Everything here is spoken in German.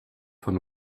von